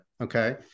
Okay